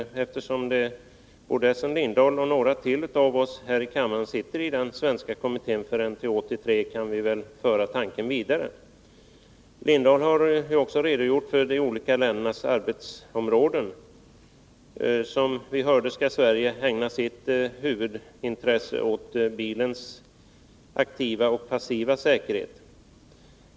Eftersom Essen Lindahl och några till av oss här i kammaren sitter i den svenska kommittén för NTÅ 83 kan vi föra tanken vidare. Essen Lindahl har också redogjort för de olika ländernas arbetsområden. Som vi hörde skall Sverige ägna sitt huvudintresse åt bilens aktiva och passiva säkerhet.